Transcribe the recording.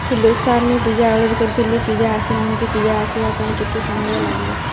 hello sir ମୁଁ pizza order କରିଥିଲି pizza ଆସିନାହାନ୍ତି ପିଜ୍ଜା ଆସିବା ପାଇଁ କେତେ ସମୟ ଲାଗିବ